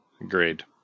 Agreed